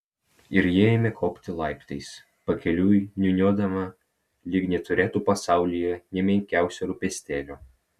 ir ji ėmė kopti laiptais pakeliui niūniuodama lyg neturėtų pasaulyje nė menkiausio rūpestėlio